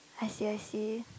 I see I see